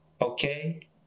okay